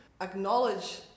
acknowledge